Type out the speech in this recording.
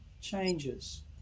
changes